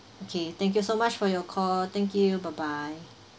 okay thank you so much for your call thank you bye bye